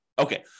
Okay